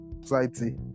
society